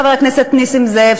חבר הכנסת נסים זאב,